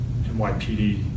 NYPD